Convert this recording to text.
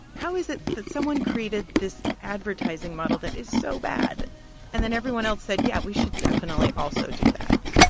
how is it that someone created this advertising model that is so bad and then everyone else said, yeah, we should definitely also do that?